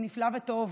נפלא וטוב.